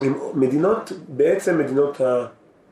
מדינות, בעצם מדינות ה